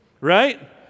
right